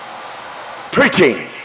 preaching